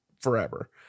forever